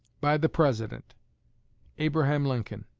by the president abraham lincoln.